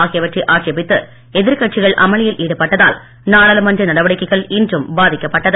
ஆகியவற்றை ஆட்சேபித்து எதிர் கட்சிகள் அமளியில் ஈடுபட்டதால் நாடாளுமன்ற நடவடிக்கைகள் இன்றும் பாதிக்கப்பட்டது